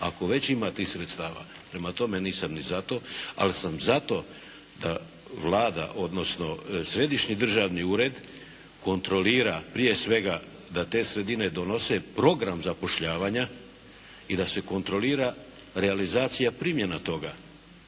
ako već ima tih sredstava. Prema tome, nisam ni za to. Ali sam za to da Vlada odnosno središnji državni ured kontrolira prije svega da te sredine donose program zapošljavanja i da se kontrolira realizacija primjena toga.